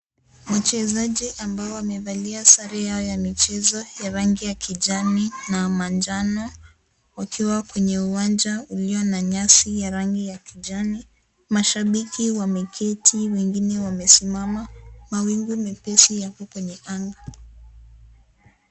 Wachezaji ambao wamevalia sare yao ya michezo ya rangi ya kijani na manjano wakiwa kwenye uwanja ulio na nyasi ya rangi ya kijani. Mashabiki wameketi wengine wamesimama mawingu mepesi yako kwenye anga.